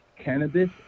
cannabis